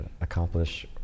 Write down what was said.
accomplish